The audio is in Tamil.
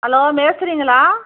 ஹலோ மேஸ்திரிங்களா